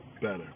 better